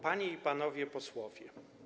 Panie i Panowie Posłowie!